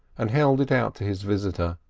and held it out to his visitor.